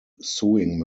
sewing